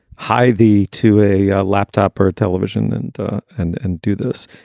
hi. the. to a laptop or a television. and and and do this.